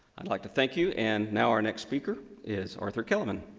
i'd like to thank you and now our next speaker is arthur kellermann.